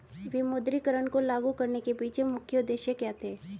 विमुद्रीकरण को लागू करने के पीछे मुख्य उद्देश्य क्या थे?